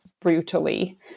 brutally